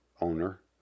owner